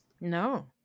no